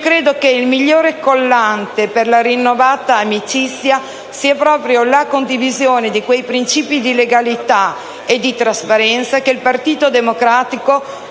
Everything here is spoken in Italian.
Credo che il miglior collante per la rinnovata amicizia sia proprio la condivisione di quei principi di legalità e trasparenza che il Partito Democratico